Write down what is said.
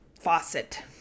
faucet